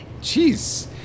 Jeez